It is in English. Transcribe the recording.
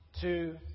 two